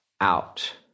out